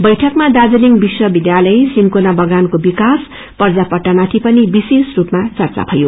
बैठकमा दार्जीलिङ विश्व विध्यालय सिन्कोना बगानको विक्रासपार्जा पट्टामाथि पनि विशेष स्पमा चर्चा भ्नयो